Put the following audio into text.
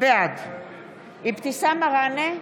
בעד אבתיסאם מראענה,